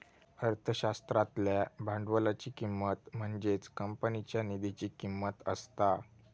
अर्थशास्त्रातल्या भांडवलाची किंमत म्हणजेच कंपनीच्या निधीची किंमत असता